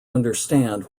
understand